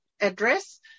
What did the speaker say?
address